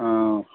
ꯑꯥ